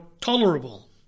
tolerable